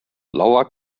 laura